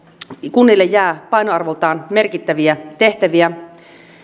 kunnille jää painoarvoltaan merkittäviä tehtäviä